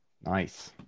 Nice